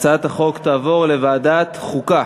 (הצעת מועמדים לכהונת נשיא המדינה) לוועדת החוקה,